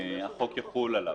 החוק יחול עליו.